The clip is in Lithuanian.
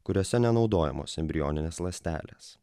kuriuose nenaudojamos embrioninės ląstelės